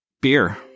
Beer